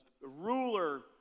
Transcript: ruler